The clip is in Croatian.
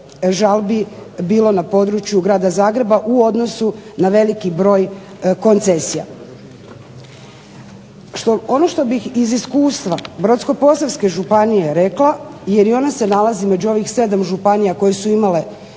žalbi bilo na području Grada Zagreba u odnosu na veliki broj koncesija. Ono što bih iz iskustva Brodsko-posavske županije rekla jer i ona se nalazi u ovih 7 županija koje su imale